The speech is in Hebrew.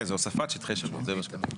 כן זה הוספת שטחי שירות, זה מה שכתוב.